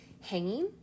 hanging